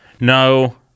No